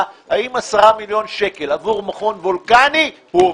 האם 10 מיליון שקלים עבור מכון וולקני הועברו.